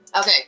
Okay